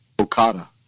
Okada